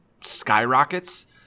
skyrockets